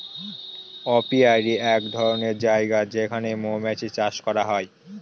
apiary এক ধরনের জায়গা যেখানে মৌমাছি চাষ করা হয়